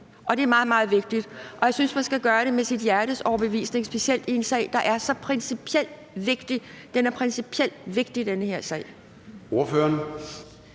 og det er meget, meget vigtigt. Jeg synes, man skal gøre det med sit hjertes overbevisning, specielt i en sag, der er så principielt vigtig. Den her sag er principielt vigtig. Kl.